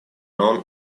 non